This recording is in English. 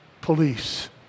police